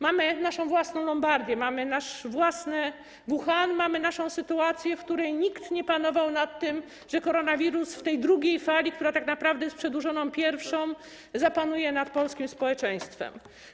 Mamy naszą własną Lombardię, mamy nasz własny Wuhan, mamy naszą sytuację, w której nikt nie panował nad tym, że koronawirus w tej drugiej fali, która tak naprawdę jest przedłużoną pierwszą falą, zapanuje nad polskim społeczeństwem.